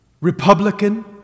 Republican